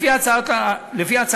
לפי הצעת החוק,